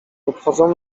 obchodzą